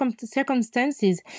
circumstances